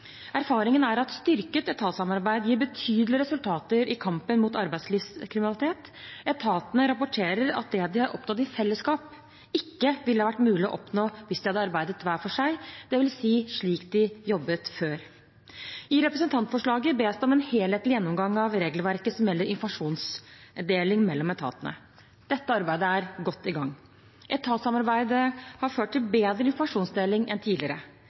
Erfaringen er at styrket etatssamarbeid gir betydelige resultater i kampen mot arbeidslivskriminalitet. Etatene rapporterer at det de har oppnådd i fellesskap, ikke ville ha vært mulig å oppnå hvis de hadde arbeidet hver for seg, dvs. slik de jobbet før. I representantforslaget bes det om en helhetlig gjennomgang av regelverket som gjelder informasjonsdeling mellom etatene. Dette arbeidet er godt i gang. Etatssamarbeidet har ført til bedre informasjonsdeling enn tidligere.